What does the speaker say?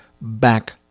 back